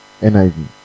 NIV